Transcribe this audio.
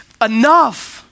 enough